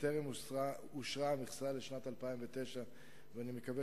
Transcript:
שטרם אושרה המכסה לשנת 2009. אני מקווה